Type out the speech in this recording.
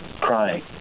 Crying